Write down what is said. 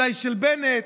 אולי של בנט,